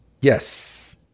Yes